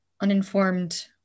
uninformed